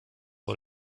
vor